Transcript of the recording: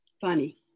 funny